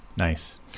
nice